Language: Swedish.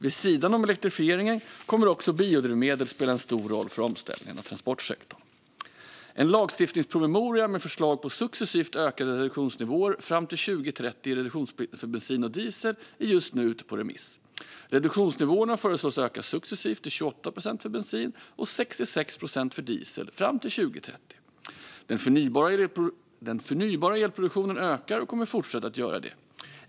Vid sidan om elektrifieringen kommer också biodrivmedel att spela en stor roll för omställningen av transportsektorn. En lagstiftningspromemoria med förslag på successivt ökade reduktionsnivåer fram till 2030 i reduktionsplikten för bensin och diesel är just nu ute på remiss. Reduktionsnivåerna föreslås att öka successivt till 28 procent för bensin och 66 procent för diesel fram till 2030. Den förnybara elproduktionen ökar och kommer att fortsätta att göra det.